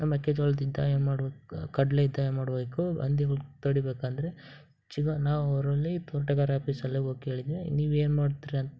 ಆ ಮೆಕ್ಕೆಜೋಳ್ದಿದ್ದಾಗ ಏನು ಮಾಡ್ಬೇಕು ಕಡಲೆ ಇದ್ದಾಗ ಏನು ಮಾಡಬೇಕು ಹಂದಿಗುಳ್ ತಡೀಬೇಕಂದರೆ ಚಿಗಾ ನಾವು ಅವರಲ್ಲಿ ತೋಟಗಾರ ಆಫೀಸಲ್ಲಿ ಹೋಗಿ ಕೇಳಿದ್ವಿ ನೀವೇನು ಮಾಡ್ತೀರ